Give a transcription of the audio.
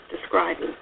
describing